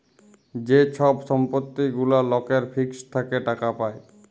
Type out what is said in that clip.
যে ছব সম্পত্তি গুলা লকের ফিক্সড থ্যাকে টাকা পায়